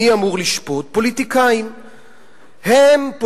מי אמור לשפוט?